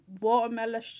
watermelon